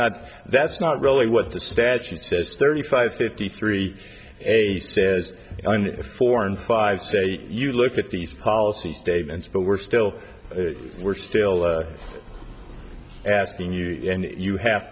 not that's not really what the statute says thirty five fifty three a says four and five states you look at these policy statements but we're still we're still asking you and you have